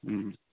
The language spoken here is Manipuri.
ꯎꯝ